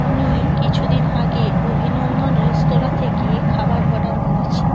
আমি কিছু দিন আগে অভিনন্দন রেস্তোরাঁ থেকে খাবার অর্ডার করেছি